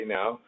now